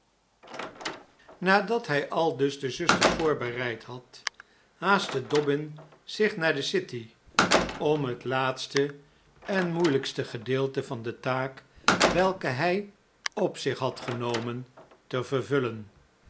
adat hij aldus de zusters voorbereid had haastte dobbin zich naar de city om p lt e het laatste en moeilijkste gedeelte van de taak welke hij op zich had genomen p j fcl p te vervullen